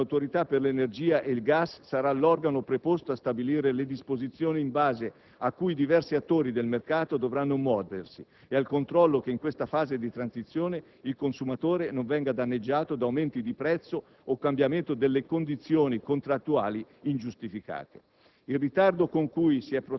Infine, ad ulteriore difesa e tutela del consumatore, l'Autorità per l'energia elettrica e il gas sarà l'organo preposto a stabilire le disposizioni in base a cui i diversi attori del mercato dovranno muoversi e al controllo che, in questa fase di transizione, il consumatore non venga danneggiato da aumenti di prezzo o cambiamenti delle condizioni contrattuali